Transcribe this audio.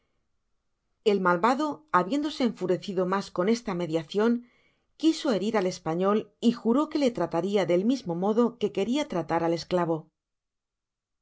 el malvado habiéndose enfurecido mas con esta mediacion quiso herir al espaüol y juró que le trataria del mismo modo que queria tratar ai esclavo el